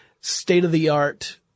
state-of-the-art